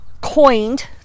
coined